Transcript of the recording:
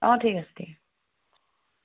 অঁ ঠিক আছে ঠিক আছে